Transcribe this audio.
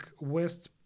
West